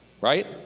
right